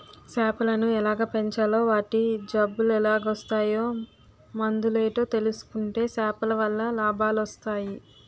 సేపలను ఎలాగ పెంచాలో వాటి జబ్బులెలాగోస్తాయో మందులేటో తెలుసుకుంటే సేపలవల్ల లాభాలొస్టయి